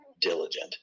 diligent